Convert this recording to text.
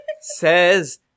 says